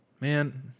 Man